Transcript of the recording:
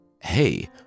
hey